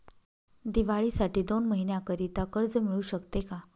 दिवाळीसाठी दोन महिन्याकरिता कर्ज मिळू शकते का?